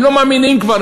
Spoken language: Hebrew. הם לא מאמינים כבר,